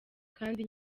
kandi